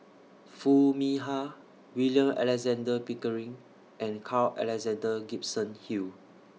Foo Mee Har William Alexander Pickering and Carl Alexander Gibson Hill